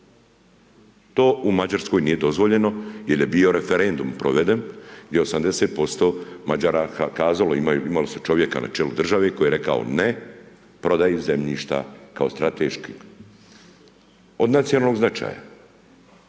To u Mađarskoj nije dozvoljeno jer je bio referendum proveden i 80% Mađara je kazalo, imali su čovjeka na čelu države koji je rekao ne prodaji zemljišta kako strateškog, od nacionalnog značaja.